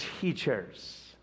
teachers